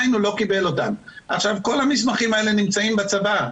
כל המסמכים האלה נמצאים בצבא,